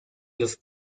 los